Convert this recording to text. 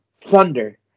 Thunder